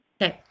Okay